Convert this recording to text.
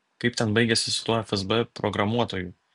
kaip ten baigėsi su tuo fsb programuotoju